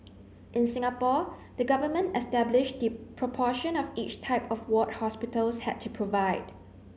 in Singapore the government established the proportion of each type of ward hospitals had to provide